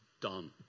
done